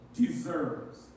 deserves